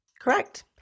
Correct